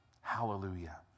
Hallelujah